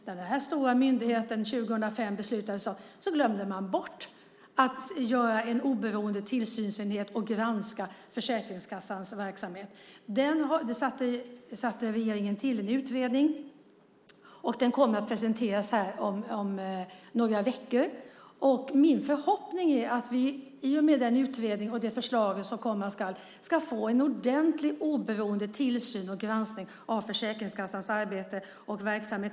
När det 2005 beslutades om den här stora myndigheten glömde man bort att göra en oberoende tillsynsenhet och granska Försäkringskassans verksamhet. Regeringen tillsatte en utredning, och den kommer att presenteras här om några veckor. Min förhoppning är att vi i och med den utredningen och det förslag som kommer ska få en ordentlig oberoende tillsyn och granskning av Försäkringskassans arbete och verksamhet.